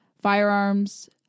firearms